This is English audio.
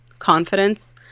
confidence